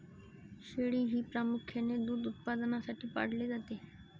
शेळी हे प्रामुख्याने दूध उत्पादनासाठी पाळले जाते